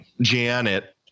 janet